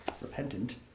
repentant